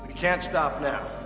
can't stop now.